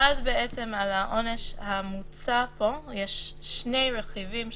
ואז בעצם על העונש המוצע פה יש שני רכיבים,